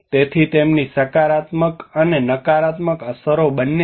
તેથી તેમની સકારાત્મક અને નકારાત્મક અસરો બંને છે